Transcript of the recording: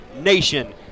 Nation